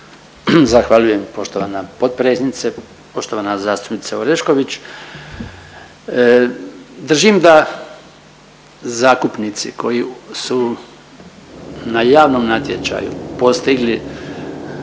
Zahvaljujem poštovana potpredsjednice. Poštovana zastupnice Orešković, držim da zakupnici koji su na javnom natječaju postigli